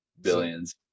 Billions